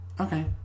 Okay